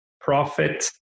profit